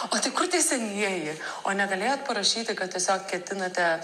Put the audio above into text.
o tai kur tie senieji o negalėjot parašyti kad tiesiog ketinate